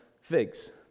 figs